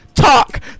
Talk